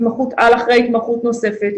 התמחות-על אחרי התמחות נוספת,